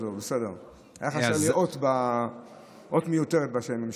הייתה לי אות מיותרת בשם המשפחה.